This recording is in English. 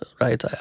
right